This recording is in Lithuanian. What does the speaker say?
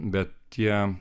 bet tie